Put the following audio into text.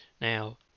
Now